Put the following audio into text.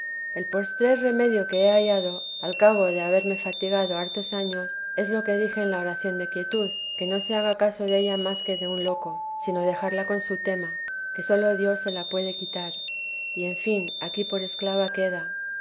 el postrer remedio que he hallado al cabo de haberme fatigado hartos años es lo que dije en la oración de quietud que no se haga caso della más que de un loco sino dejarla con su tema que sólo dios se la puede quitar y en fin aquí por esclava queda